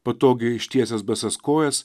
patogiai ištiesęs basas kojas